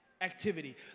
activity